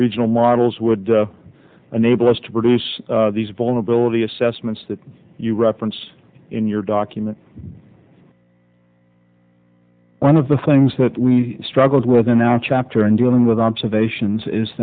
regional models would enable us to produce these vulnerability assessments that you reference in your document one of the things that we struggled with in our chapter in dealing with observations is